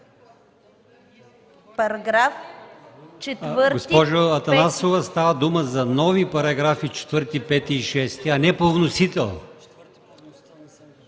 параграфи 4, 5 и 6.